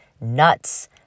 nuts